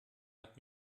hat